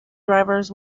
drivers